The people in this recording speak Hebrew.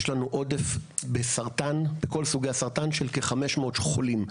יש לנו עודף בסרטן בכל סוגי הסרטן של כ- 500 חולים,